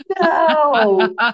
No